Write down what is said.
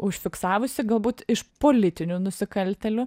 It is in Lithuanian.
užfiksavusi galbūt iš politinių nusikaltėlių